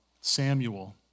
Samuel